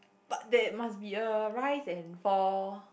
but there must be a rise and fall